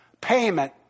payment